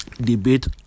debate